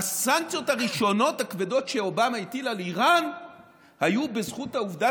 הסנקציות הראשונות הכבדות שאובמה הטיל על איראן היו בזכות העובדה